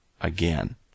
again